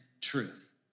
truth